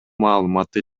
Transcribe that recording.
маалыматты